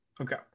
okay